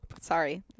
Sorry